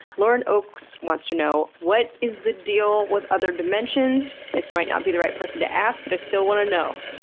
lauren oakes wants to know, what is the deal with other dimensions? this might not be the right person to ask but i still want to know.